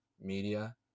media